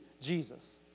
Jesus